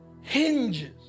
hinges